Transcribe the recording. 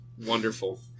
wonderful